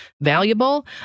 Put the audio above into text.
valuable